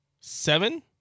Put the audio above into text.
Seven